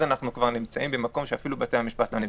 אנחנו נהיה במקום שאפילו בתי-המשפט לא נמצאים.